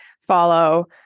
follow